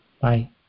Bye